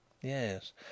Yes